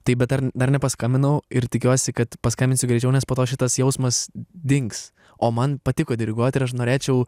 taip bet ar dar nepaskambinau ir tikiuosi kad paskambinsiu greičiau nes po to šitas jausmas dings o man patiko diriguoti ir aš norėčiau